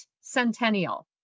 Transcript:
centennial